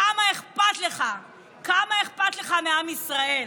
כמה אכפת לך מעם ישראל,